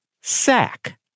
sack